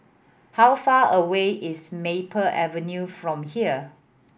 how far away is Maple Avenue from here